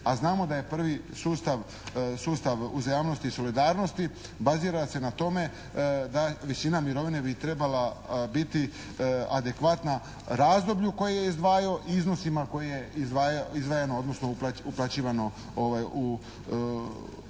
a znamo da je prvi sustav uzajamnosti i solidarnosti bazira se na tome da visina mirovine bi trebala biti adekvatna razdoblju koje je izdvajao i iznosima koje je izdvajano, odnosno uplaćivano u Hrvatski